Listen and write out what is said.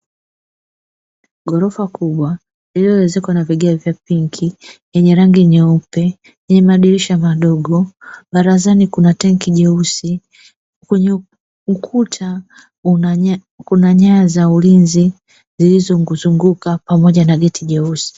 Ghorofa kubwa lililo ezekwa na vigae vya pinki vyenye rangi nyeupe, yenye madirisha madogo barazani kuna tenki jeusi kwenye ukuta kuna nyaya za ulinzi zunguka pamoja na geti jeusi.